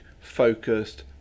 focused